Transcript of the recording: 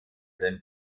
den